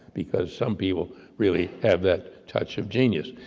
because some people really have that touch of genius,